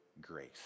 grace